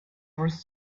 was